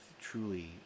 truly